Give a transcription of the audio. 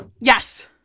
Yes